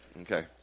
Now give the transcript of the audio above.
okay